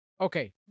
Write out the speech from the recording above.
okay